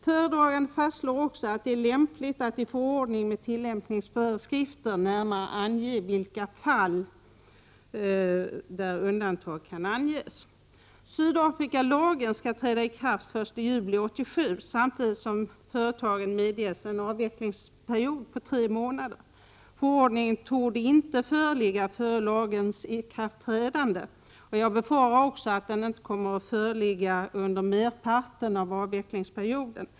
Föredraganden fastslår också att det är lämpligt att i Förbud mor handel förordning med tillämpningsföreskrifter närmare ange i vilka fall undantag med Sydafrika och kan ges. Namibia m.m. Sydafrikalagen skall träda i kraft den 1 juli 1987 samtidigt som företagen medges en avvecklingsperiod på tre månader. Förordningen torde inte föreligga före lagens ikraftträdande. Jag befarar också att den inte kommer att föreligga under merparten av avvecklingsperioden.